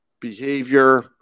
Behavior